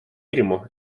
hirmu